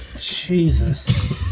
Jesus